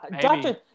doctor